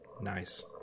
Nice